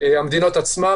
המדינות עצמן.